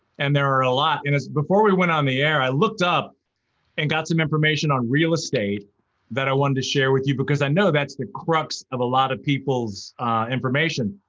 and there are a lot, and before we went on the air, i looked up and got some information on real estate that i wanted to share with you because i know that's the crux of a lot of people's information.